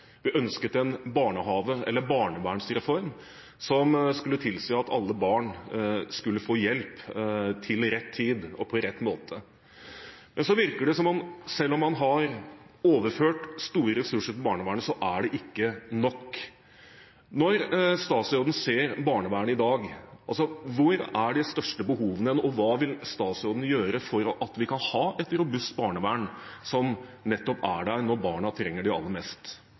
Vi ønsket en barnevernreform som skulle tilsi at alle barn skulle få hjelp til rett tid og på rett måte. Så virker det som – selv om man har overført store ressurser til barnevernet – at det ikke er nok. Når statsråden ser barnevernet i dag, hvor er de største behovene, og hva vil statsråden gjøre for at vi kan ha et robust barnevern som nettopp er der når barna trenger det aller mest?